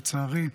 לצערי,